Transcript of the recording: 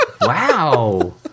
Wow